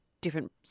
different